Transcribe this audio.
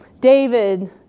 David